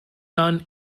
son